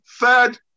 third